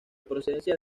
procedencia